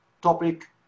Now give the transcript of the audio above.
topic